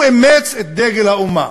הוא אימץ את דגל האומה,